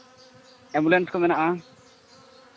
ambulance ᱠᱚ ᱢᱮᱱᱟᱜᱼᱟ